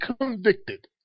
convicted